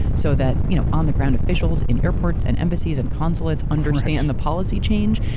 so that you know on the ground officials in airports and embassies and consulates understand the policy change.